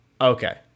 Okay